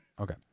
Okay